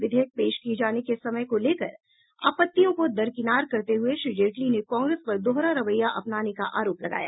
विधेयक पेश किये जाने के समय को लेकर आपत्तियों को दरकिनार करते हुए श्री जेटली ने कांग्रेस पर दोहरा रवैया अपनाने का आरोप लगाया